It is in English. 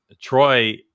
Troy